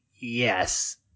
Yes